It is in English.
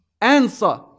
answer